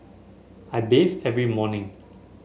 I bathe every morning